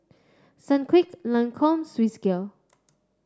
Sunquick Lancome Swissgear